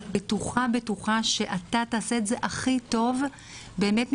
אני בטוחה שאתה תעשה את זה הכי טוב מכולם,